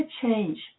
change